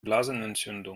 blasenentzündung